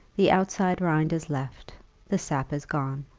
the outside rind is left the sap is gone.